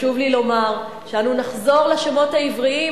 חשוב לי לומר שאנו נחזור לשמות העבריים.